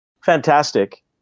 fantastic